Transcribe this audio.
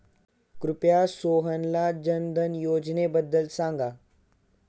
कृपया सोहनला जनधन योजनेबद्दल सांगा